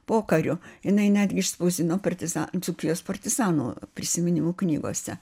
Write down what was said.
pokariu jinai netgi išspausdino partiza dzūkijos partizanų prisiminimų knygose